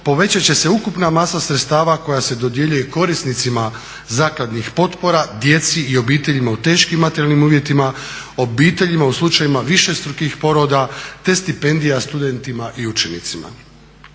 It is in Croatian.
povećat će se ukupna masa sredstava koja se dodjeljuje korisnicima zakladnih potpora, djeci i obiteljima u teškim materijalnim uvjetima, obiteljima u slučajevima višestrukih poroda, te stipendija studentima i učenicima.